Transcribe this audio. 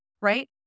Right